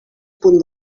punt